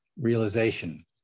realization